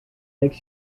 makes